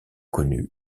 connue